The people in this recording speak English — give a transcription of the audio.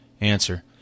Answer